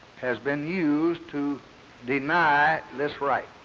has been used to deny this right.